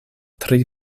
tri